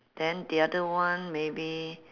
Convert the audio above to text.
then the other one maybe